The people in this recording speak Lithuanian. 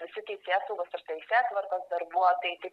visi teisėsaugos ir teisėtvarkos darbuotojai taip